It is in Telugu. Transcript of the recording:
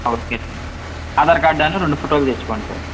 ఆధార్ కార్డ్ అండ్ రెండు ఫోటోలు తెచ్చుకోండి సార్